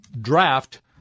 draft